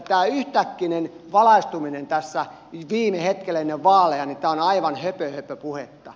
tämä yhtäkkinen valaistuminen viime hetkellä ennen vaaleja on aivan höpöhöpöpuhetta